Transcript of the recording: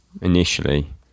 Initially